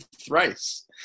thrice